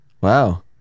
Wow